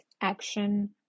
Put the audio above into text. action